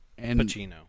Pacino